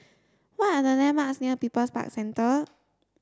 what are the landmarks near People's Park Centre